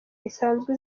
isanzwe